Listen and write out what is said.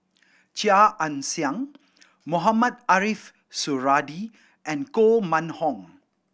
Chia Ann Siang Mohamed Ariff Suradi and Koh Mun Hong